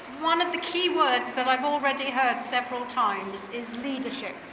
one of the key words that i've already heard several times is leadership.